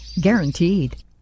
Guaranteed